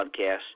podcast